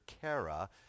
Kara